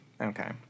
okay